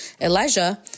Elijah